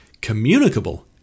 communicable